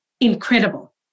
incredible